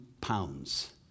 pounds